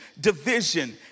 division